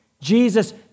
Jesus